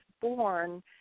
born